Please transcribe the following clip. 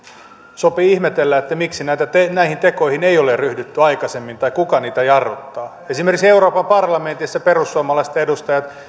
sopii ihmetellä miksi näihin tekoihin ei ryhdytty aikaisemmin tai kuka niitä jarruttaa esimerkiksi euroopan parlamentissa perussuomalaisten edustajat